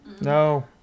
No